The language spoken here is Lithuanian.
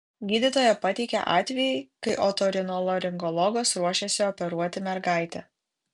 gydytoja pateikė atvejį kai otorinolaringologas ruošėsi operuoti mergaitę